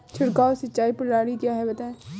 छिड़काव सिंचाई प्रणाली क्या है बताएँ?